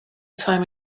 time